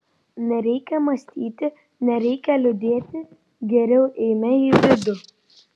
nereikia mąstyti nereikia liūdėti geriau eime į vidų